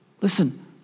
Listen